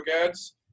ads